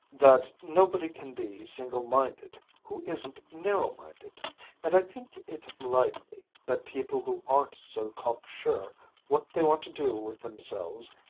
that nobody can be single-minded who isn't narrow-minded and i think it likely that people who aren't so cocksure what they want to do with themselves,